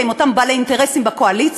עם אותם בעלי אינטרסים בקואליציה,